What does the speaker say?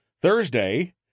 Thursday